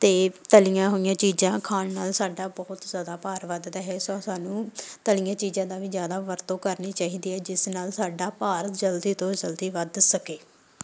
ਅਤੇ ਤਲੀਆਂ ਹੋਈਆਂ ਚੀਜ਼ਾਂ ਖਾਣ ਨਾਲ ਸਾਡਾ ਬਹੁਤ ਜ਼ਿਆਦਾ ਭਾਰ ਵੱਧਦਾ ਹੈ ਸੋ ਸਾਨੂੰ ਤਲੀਆਂ ਚੀਜ਼ਾਂ ਦਾ ਵੀ ਜ਼ਿਆਦਾ ਵਰਤੋਂ ਕਰਨੀ ਚਾਹੀਦੀ ਹੈ ਜਿਸ ਨਾਲ ਸਾਡਾ ਭਾਰ ਜਲਦੀ ਤੋਂ ਜਲਦੀ ਵੱਧ ਸਕੇ